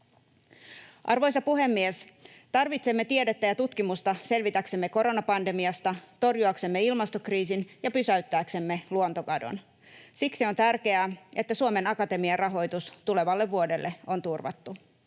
Arvoisa puhemies! Tarvitsemme tiedettä ja tutkimusta selvitäksemme koronapandemiasta, torjuaksemme ilmastokriisin ja pysäyttääksemme luontokadon. Siksi on tärkeää, että Suomen Akatemian rahoitus tulevalle vuodelle on turvattu.